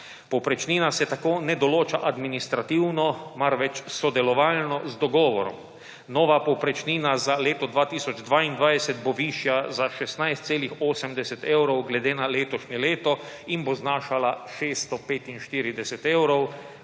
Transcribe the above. Povprečnina se tako ne določa administrativno, marveč sodelovalno z dogovorom. Nova povprečnina za leto 2022 bo višja za 16,80 evra glede na letošnje leto in bo znašala 645 evrov,